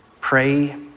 Pray